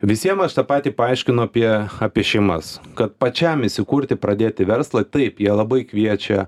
visiem aš tą patį paaiškinu apie apie šeimas kad pačiam įsikurti pradėti verslą taip jie labai kviečia